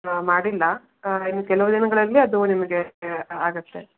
ಮಾಡಿಲ್ಲ ಇನ್ನು ಕೆಲವು ದಿನಗಳಲ್ಲಿ ಅದು ನಿಮಗೆ ಆಗತ್ತೆ